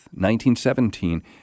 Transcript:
1917